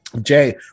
Jay